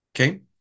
okay